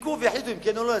יבדקו ויחליטו אם כן או לא,